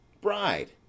Bride